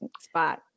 Spot